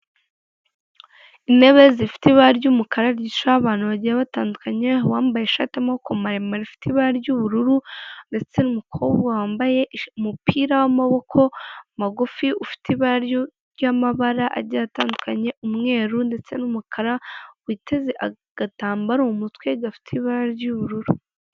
Intebe zifite ibara ry'umukara zicayeho abantu bagiye batandukanye: uwambaye ishati y'amaboko maremare ifite ibara ry'ubururu, ndetse n'umukobwa wambaye umupira w'amaboko magufi, ufite amabara agiye atandukanye, umweru ndetse n'umukara, witeze agatambaro mu mutwe gafite ibara ry'ubururu.